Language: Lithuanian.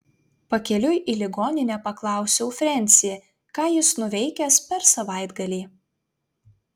pakeliui į ligoninę paklausiau frensį ką jis nuveikęs per savaitgalį